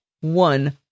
one